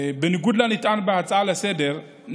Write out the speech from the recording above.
בניגוד לנטען בהצעה לסדר-היום,